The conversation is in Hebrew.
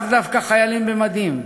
לאו דווקא חיילים במדים,